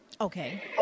Okay